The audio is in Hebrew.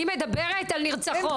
אני מדברת על נרצחות.